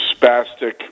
spastic